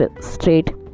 straight